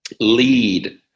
lead